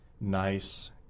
nice